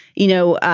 you know,